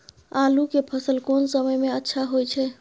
आलू के फसल कोन समय में अच्छा होय छै?